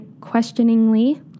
questioningly